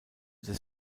des